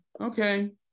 Okay